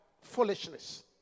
foolishness